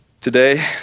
Today